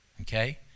okay